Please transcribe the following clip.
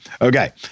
Okay